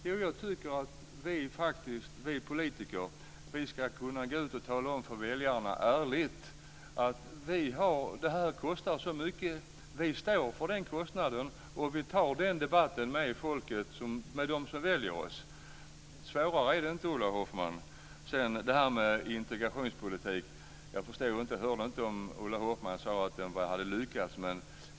Jo jag tycker att vi politiker faktiskt ska kunna gå ut och ärligt tala om för väljarna att det här kostar si och så mycket. Vi står för den kostnaden och vi tar den debatten med folket, med dem som väljer oss. Svårare är det inte, Ulla Sedan till det här med integrationspolitiken. Jag hörde inte om Ulla Hoffmann sade att den hade lyckats.